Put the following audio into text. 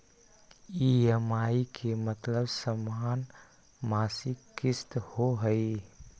EMI के मतलब समान मासिक किस्त होहई?